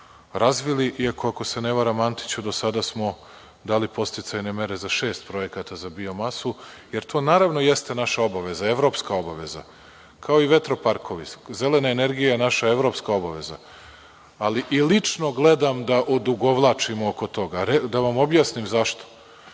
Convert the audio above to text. razvili, iako, ako se ne varam, Antiću, do sada smo dali podsticajne mere za šest projekata za biomasu, jer to naravno jeste naša obaveza, evropska obaveza, kao i vetroparkovi. Zelena je energija naša evropska obaveza. Ali, i lično gledam da odugovlačimo oko toga. Da vam objasnim zašto.